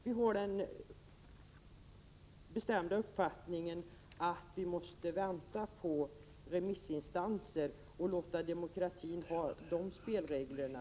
Vi har den bestämda uppfattningen att vi måste vänta på remissinstanserna och låta demokratin ha de spelreglerna.